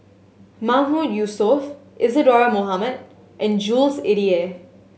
Mahmood Yusof Isadhora Mohamed and Jules Itier